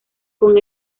con